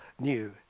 new